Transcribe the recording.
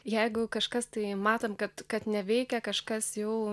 jeigu kažkas tai matom kad kad neveikia kažkas jau